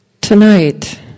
Tonight